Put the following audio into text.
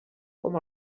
com